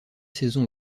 saison